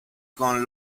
con